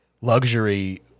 luxury